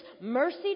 mercy